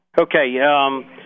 Okay